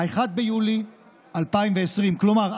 1 ביולי 2020. כלומר,